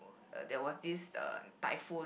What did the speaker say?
there was this uh typhoon